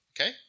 okay